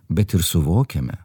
bet ir suvokiame